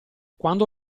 quando